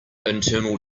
internal